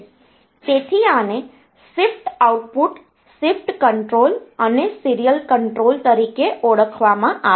તેથી આને shift output shift control અથવા સીરીયલ કંટ્રોલ તરીકે ઓળખવામાં આવે છે